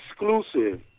exclusive